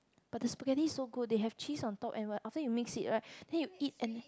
but the spaghetti is so good they have cheese on top and when after you mix it right then you eat